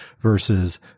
versus